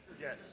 Yes